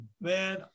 Man